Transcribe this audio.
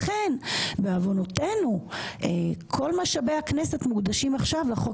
לכן בעוונותינו כל משאבי הכנסת מוקדשים עכשיו לחוק